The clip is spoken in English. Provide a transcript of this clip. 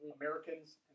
Americans